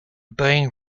being